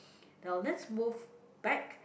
now let's move back